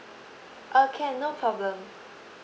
uh can no problem